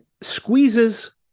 squeezes